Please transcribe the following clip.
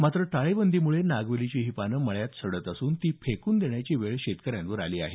मात्र टाळेबंदीमुळे नागवेलीची पानं मळ्यातच सडत असून ती फेकून देण्याची वेळ शेतकऱ्यांवर आली आहे